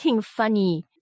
funny